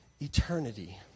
eternity